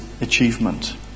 achievement